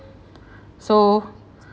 so